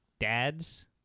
dads